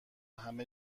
همه